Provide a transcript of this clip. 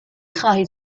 خواهید